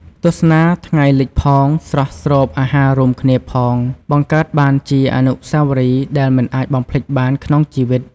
ទស្សនាថ្ងៃលិចផង ស្រស់ស្រូបអាហាររួមគ្នាផងបង្កើតបានជាអនុស្សាវរីយ៍ដែលមិនអាចបំភ្លេចបានក្នុងជីវិត។